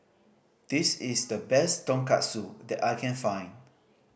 this is the best Tonkatsu that I can find